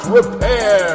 repair